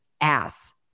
ass